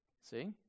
See